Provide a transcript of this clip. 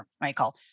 Michael